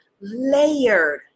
Layered